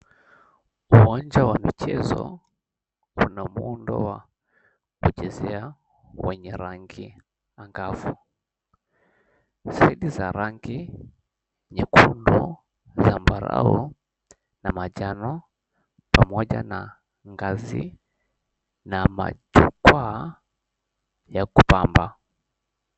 Uwanja wa michezo kuna uhondo wa kuchezea wenye rangi za nyekundu zambarau na manjano pamoja na ngazi na majukwaa ya kupambamba.